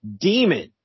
Demon